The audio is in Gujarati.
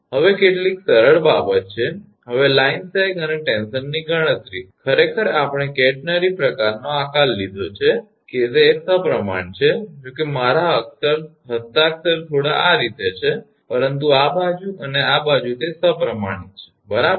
હવે આ કેટલીક સરળ બાબત છે હવે લાઇન સેગ અને ટેન્શનની ગણતરી ખરેખર આપણે કેટરનરી આકાર લીધો છે તે સપ્રમાણ છે જોકે મારા હસ્તાક્ષર થોડા આ રીતે છે પરંતુ આ બાજુ અને આ બાજુ તે સપ્રમાણિત છે બરાબર